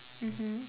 mmhmm